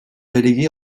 relégué